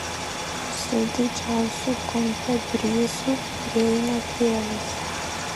su didžiausiu kumpio bryzu prieina tėvas